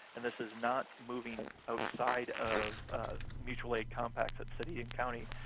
and this is not moving outside of mutual aid compacts at city and county.